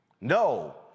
No